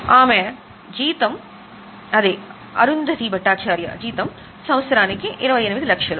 ఆమె జీతం సంవత్సరానికి 28 లక్షలు